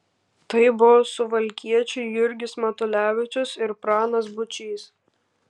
tai buvo suvalkiečiai jurgis matulevičius ir pranas būčys